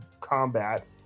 combat